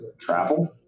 travel